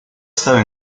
estaba